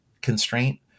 constraint